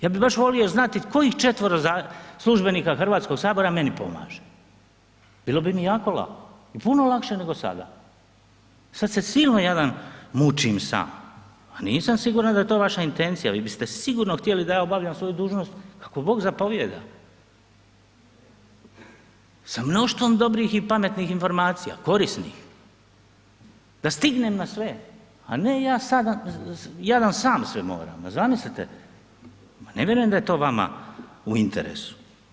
Ja bi baš volio znati kojih 4-ero službenika HS meni pomaže, bilo bi mi jako lako i puno lakše nego sada, sad se silno jadan mučim sam, pa nisam siguran da je to vaša intencija, vi biste sigurno htjeli da ja obavljam svoju dužnost kako Bog zapovijeda, sa mnoštvom dobrih i pametnih informacija, korisnih, da stignem na sve, a ne ja jadan sam sve moram, pa zamislite, ma ne vjerujem da je to vama u interesu.